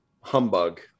Humbug